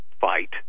fight